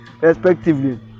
respectively